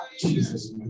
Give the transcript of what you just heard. Jesus